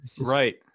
right